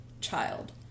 child